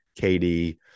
KD